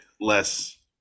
less